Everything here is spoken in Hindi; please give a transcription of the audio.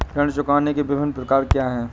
ऋण चुकाने के विभिन्न प्रकार क्या हैं?